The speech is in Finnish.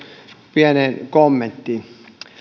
pieneen kommenttiin